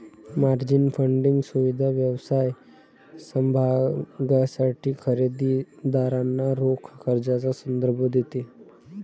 margin funding सुविधा व्यवसाय समभागांसाठी खरेदी दारांना रोख कर्जाचा संदर्भ देते